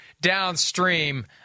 downstream